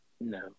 No